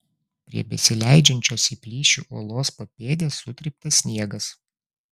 prie besileidžiančios į plyšį uolos papėdės sutryptas sniegas